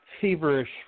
Feverish